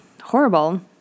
horrible